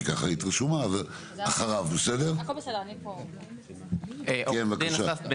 אני עו"ד,